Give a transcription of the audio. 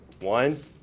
one